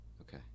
Okay